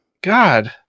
God